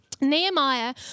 Nehemiah